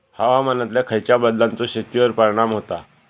हवामानातल्या खयच्या बदलांचो शेतीवर परिणाम होता?